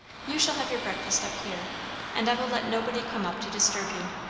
you shall have your breakfast up here and i will let nobody come up to disturb you.